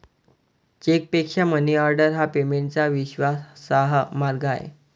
चेकपेक्षा मनीऑर्डर हा पेमेंटचा विश्वासार्ह मार्ग आहे